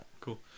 Cool